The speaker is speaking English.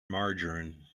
margarine